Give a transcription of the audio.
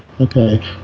Okay